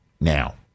now